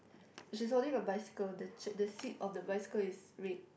she is holding a bicycle the ch~ the seat of the bicycle is red